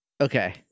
Okay